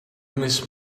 missed